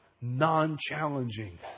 non-challenging